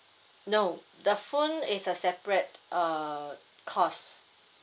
no the phone is a separate uh cost